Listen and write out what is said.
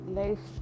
life